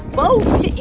boat